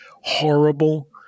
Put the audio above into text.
horrible